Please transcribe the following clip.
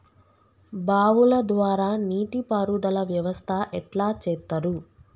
బావుల ద్వారా నీటి పారుదల వ్యవస్థ ఎట్లా చేత్తరు?